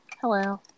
hello